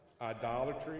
idolatry